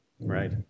Right